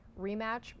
rematch